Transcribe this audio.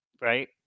right